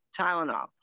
Tylenol